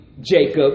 Jacob